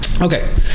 Okay